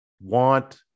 want